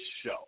show